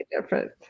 different